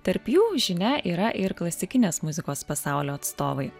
tarp jų žinia yra ir klasikinės muzikos pasaulio atstovai